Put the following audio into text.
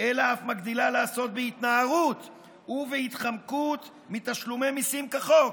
אלא אף מגדילה לעשות בהתנערות ובהתחמקות מתשלומי מיסים כחוק,